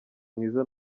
mwiza